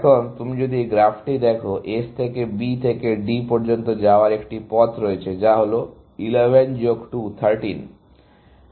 এখন তুমি যদি এই গ্রাফটি দেখো S থেকে B থেকে D পর্যন্ত যাওয়ার একটি পথ রয়েছে যা হল 11 যোগ 2 13